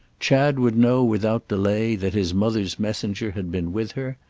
chad would know without delay that his mother's messenger had been with her,